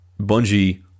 Bungie